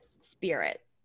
spirit